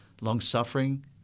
long-suffering